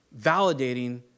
validating